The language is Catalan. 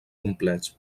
complets